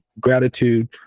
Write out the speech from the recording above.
Gratitude